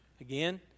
again